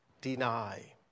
deny